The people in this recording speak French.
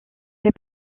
fait